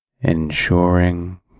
ensuring